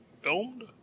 Filmed